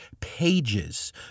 pages